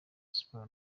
siporo